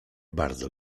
bardzo